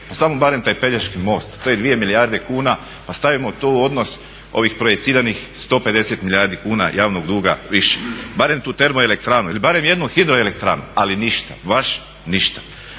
Pa samo barem taj Pelješki most, te 2 milijarde kuna, pa stavimo to u odnos ovih projiciranih 150 milijardi kuna javnog duga više. Barem tu termoelektranu ili barem jednu hidroelektranu ali ništa, baš ništa.